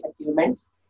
achievements